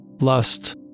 lust